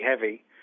heavy